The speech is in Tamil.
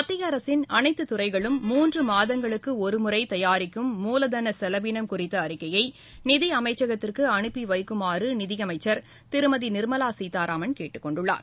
மத்திய அரசின் அனைத்தத் துறைகளும் மூன்று மாதங்களுக்கு ஒருமுறை தயாரிக்கும் மூலதன செலவினம் குறித்த அறிக்கையை நிதியமைச்சகத்திற்கு அனுப்பிவைக்குமாறு நிதியமைச்சர் திருமதி நிர்மலா சீதாராமன் கேட்டுக் கொண்டுள்ளார்